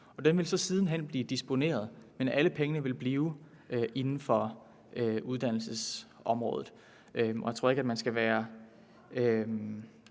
Der vil så siden hen blive disponeret over den, men alle pengene vil blive inden for uddannelsesområdet. Og jeg tror ikke, at man skal være